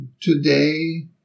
today